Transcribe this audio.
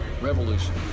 revolution